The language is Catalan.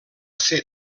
ser